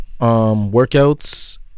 workouts